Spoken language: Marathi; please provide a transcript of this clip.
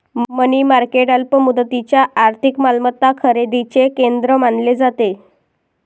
मनी मार्केट अल्प मुदतीच्या आर्थिक मालमत्ता खरेदीचे केंद्र मानले जाते